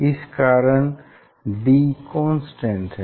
इस कारण d constant है